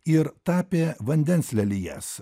ir tapė vandens lelijas